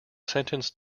sentenced